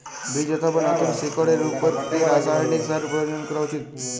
বীজ অথবা নতুন শিকড় এর উপর কি রাসায়ানিক সার প্রয়োগ করা উচিৎ?